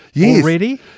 already